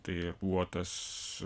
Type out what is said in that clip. tai buvo tas